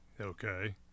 Okay